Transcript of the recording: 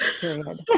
Period